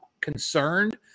concerned